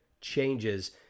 changes